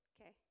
Okay